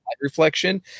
reflection